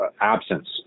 absence